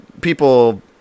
people